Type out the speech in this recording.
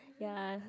ya